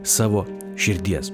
savo širdies